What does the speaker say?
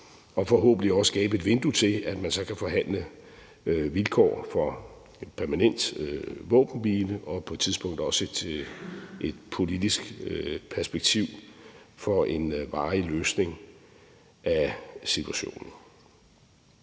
og forhåbentlig også skabe et vindue til, at man så kan forhandle vilkår for permanent våbenhvile og på et tidspunkt også et politisk perspektiv for en varig løsning af situationen.